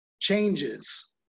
Changes